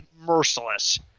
Merciless